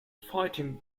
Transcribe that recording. fighting